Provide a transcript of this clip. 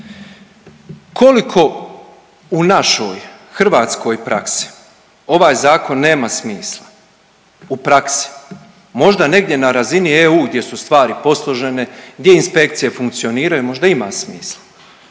koliko u našoj hrvatskoj praksi ovaj zakon nema smisla, u praksi. Možda negdje na razini EU gdje su stvari posložene, gdje inspekcije funkcioniraju možda ima smisla,